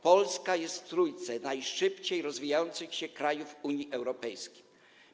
Polska jest w trójce najszybciej rozwijających się krajów Unii Europejskiej.